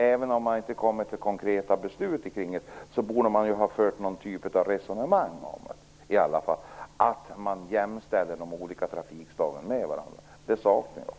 Även om man inte kommer fram till konkreta beslut om detta, borde man ändå ha fört någon typ av resonemang om jämställande av de olika trafikslagen med varandra. Det är något som jag saknar.